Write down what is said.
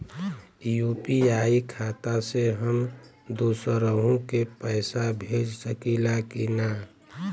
UPI खाता से हम दुसरहु के पैसा भेज सकीला की ना?